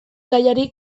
gaiari